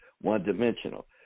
one-dimensional